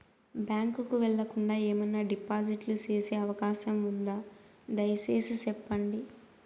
Bank కు వెళ్లకుండా, ఏమన్నా డిపాజిట్లు సేసే అవకాశం ఉందా, దయసేసి సెప్పండి?